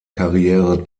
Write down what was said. karriere